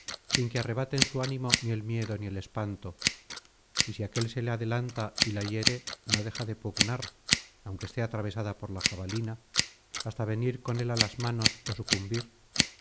sin que arrebaten su ánimo ni el miedo ni el espanto y si aquel se le adelanta y la hiere no deja de pugnar aunque esté atravesada por la jabalina hasta venir con él á las manos ó sucumbir